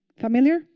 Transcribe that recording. Familiar